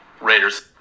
Raiders